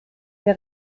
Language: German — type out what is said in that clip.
der